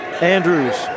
Andrews